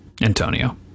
Antonio